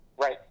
right